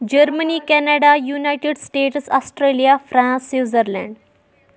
Germany Canada United States Australia France Switzerland